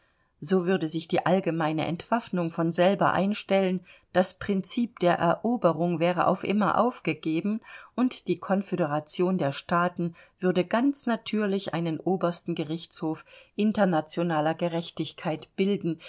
so würde sich die allgemeine entwaffnung von selber einstellen das prinzip der eroberung wäre auf immer aufgegeben und die konföderation der staaten würde ganz natürlich einen obersten gerichtshof internationaler gerechtigkeit bilden